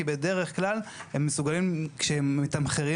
כי בדרך כלל הם מסוגלים כשהם מתמחרים